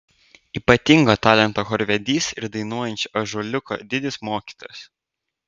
ypatingo talento chorvedys ir dainuojančio ąžuoliuko didis mokytojas